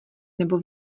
nebo